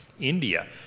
India